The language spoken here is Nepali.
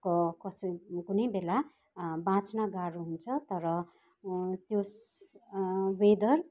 कसै कुनै बेला बाँच्न गाह्रो हुन्छ तर त्यस वेदर